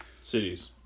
cities